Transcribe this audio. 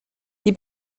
die